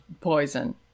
poison